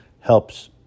Helps